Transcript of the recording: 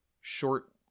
short